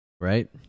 right